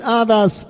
others